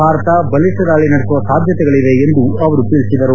ಭಾರತ ಬಲಿಷ್ನ ದಾಳಿ ನಡೆಸುವ ಸಾಧ್ಯತೆಗಳು ಇವೆ ಎಂದು ಅವರು ತಿಳಿಸಿದರು